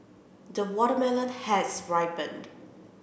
the watermelon has ripened